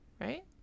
Right